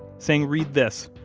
saying, read this,